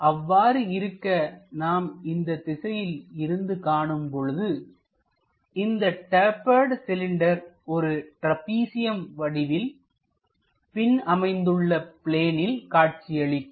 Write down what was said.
அவ்வாறு இருக்க நாம் இந்த திசையில் இருந்து காணும்பொழுது இந்த டேப்பர்டு சிலிண்டர் ஒரு ட்ராப்பிசியம் வடிவில் பின் அமைந்துள்ள பிளேனில் காட்சியளிக்கும்